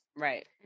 Right